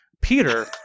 Peter